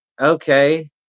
okay